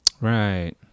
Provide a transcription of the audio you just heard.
right